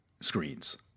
screens